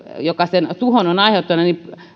joka sen tuhon on aiheuttanut